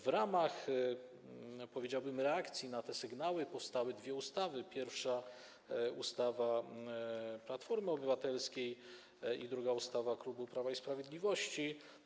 W ramach, powiedziałbym, reakcji na te sygnały powstały dwie ustawy: pierwsza - Platformy Obywatelskiej, druga - klubu Prawa i Sprawiedliwości.